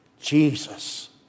Jesus